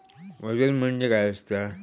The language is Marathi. वजन म्हणजे काय असता?